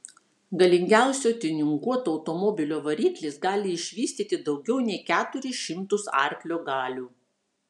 galingiausio tiuninguoto automobilio variklis gali išvystyti daugiau nei keturis šimtus arklio galių